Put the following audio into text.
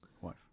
wife